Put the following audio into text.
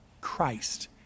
Christ